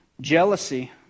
jealousy